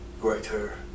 greater